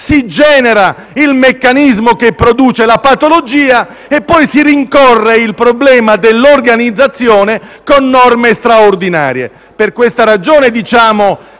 si genera il meccanismo che produce la patologia e poi si rincorre il problema dell'organizzazione con norme straordinarie. Per questa ragione diciamo: